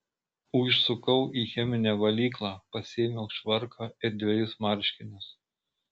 užsukau į cheminę valyklą pasiėmiau švarką ir dvejus marškinius